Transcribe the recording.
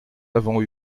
avons